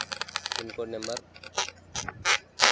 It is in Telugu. pincode number